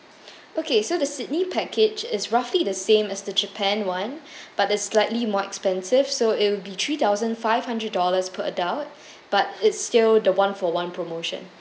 okay so the sydney package is roughly the same as the japan one but it's slightly more expensive so it'll be three thousand five hundred dollars per adult but it's still the one for one promotion